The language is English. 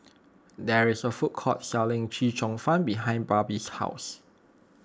there is a food court selling Chee Cheong Fun behind Barrie's house